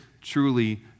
truly